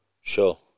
Sure